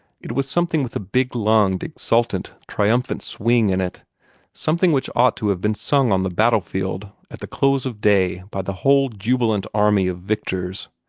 it was something with a big-lunged, exultant, triumphing swing in it something which ought to have been sung on the battlefield at the close of day by the whole jubilant army of victors.